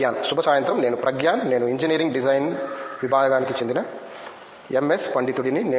ప్రగ్యాన్ శుభ సాయంత్రం నేను ప్రగ్యాన్ నేను ఇంజనీరింగ్ డిజైన్ విభాగానికి చెందిన ఎంఎస్ పండితుడిని